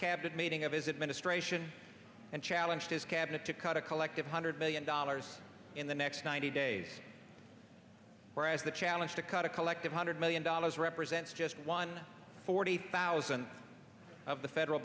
cabinet meeting of his administration and challenge his cabinet to cut a collective hundred billion dollars in the next ninety days whereas the challenge to cut a collective hundred million dollars represents just one forty thousand of the federal